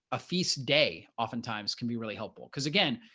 a feast day oftentimes can be really helpful because, again,